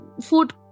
food